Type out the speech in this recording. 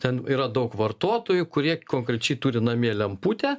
ten yra daug vartotojų kurie konkrečiai turi namie lemputę